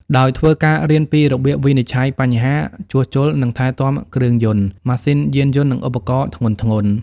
ដោយធ្វើការរៀនពីរបៀបវិនិច្ឆ័យបញ្ហា ជួសជុល និងថែទាំគ្រឿងយន្ត ម៉ាស៊ីនយានយន្ត និងឧបករណ៍ធុនធ្ងន់។